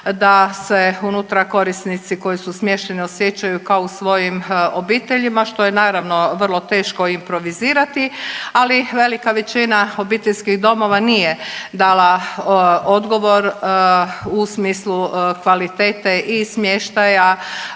da se unutra korisnici koji su smješteni osjećaju kao u svojim obiteljima što je naravno vrlo teško improvizirati. Ali velika većina obiteljskih domova nije dala odgovor u smislu kvalitete i smještaja